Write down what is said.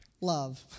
love